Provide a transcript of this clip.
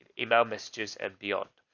email messages and beyond.